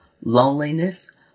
loneliness